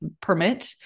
permit